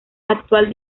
actual